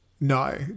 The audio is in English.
No